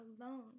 alone